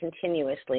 continuously